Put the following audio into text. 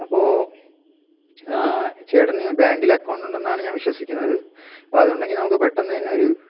അപ്പോൾ ചേട്ടന് ബാങ്കിൽ അക്കൗണ്ട് ഉണ്ടെന്നാണ് ഞാൻ വിശ്വസിക്കുന്നത് അപ്പോൾ അതുണ്ടെങ്കിൽ നമുക്ക് പെട്ടെന്ന് തന്നെ ഒരു